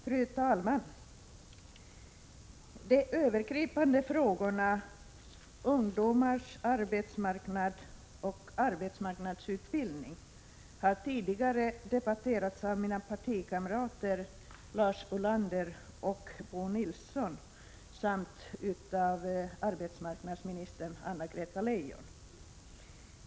Fru talman! De övergripande frågorna, ungdomars arbetsmarknad och 25 mars 1987 arbetsmarknadsutbildning, har för vår del debatterats av mina partikamrater Lars Ulander och Bo Nilsson samt av arbetsmarknadsminister Anna-Greta Leijon.